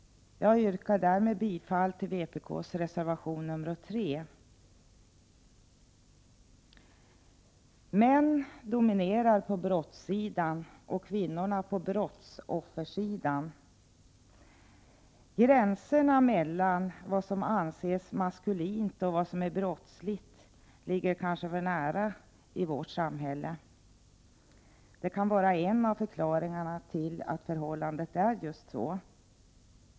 Jag yrkar bifall till reservation 3. Män dominerar på brottssidan och kvinnorna på brottsoffersidan. Gränserna mellan vad som anses maskulint och vad som är brottsligt ligger kanske för nära i vårt samhälle. Detta kan vara en av förklaringarna till förhållandet.